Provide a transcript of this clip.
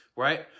right